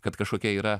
kad kažkokia yra